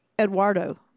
Eduardo